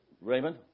Raymond